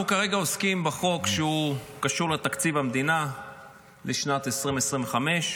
אנחנו כרגע עוסקים בחוק שקשור לתקציב המדינה לשנת 2025,